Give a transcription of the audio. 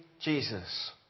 Jesus